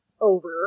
over